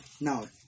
Now